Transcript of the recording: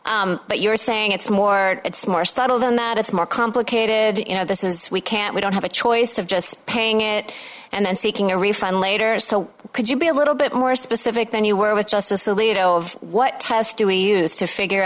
a but you're saying it's more it's more subtle than that it's more complicated you know this is we can't we don't have a choice of just paying it and then seeking a refund later so could you be a little bit more specific than you were with justice alito of what do we use to figure